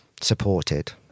supported